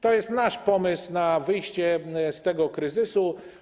To jest nasz pomysł na wyjście z tego kryzysu.